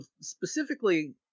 specifically